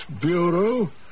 bureau